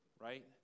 right